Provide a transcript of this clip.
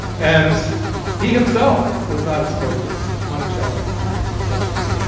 and he himself was not a smoker, monticello says.